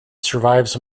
survives